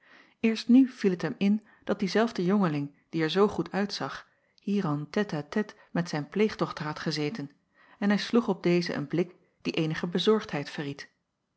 eerst nu viel het hem in dat diezelfde jongeling die er zoo goed uitzag hier en tête-à-tête met zijn pleegdochter had gezeten en hij sloeg op deze een blik die eenige bezorgdheid